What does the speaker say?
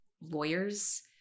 lawyers